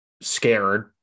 scared